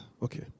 Okay